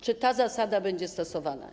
Czy ta zasada będzie stosowana?